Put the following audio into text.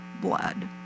blood